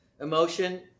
Emotion